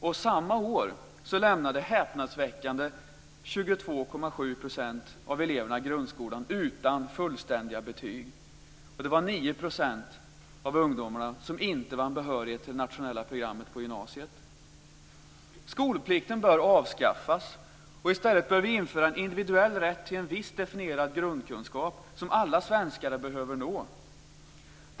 Och samma år lämnade häpnadsväckande 22,7 % av eleverna grundskolan utan fullständiga betyg. Och det var 9 % av ungdomarna som inte vann behörighet till det nationella programmet på gymnasiet. Skolplikten bör avskaffas. I stället bör vi införa en individuell rätt till en viss definierad grundkunskap som alla svenskar behöver uppnå.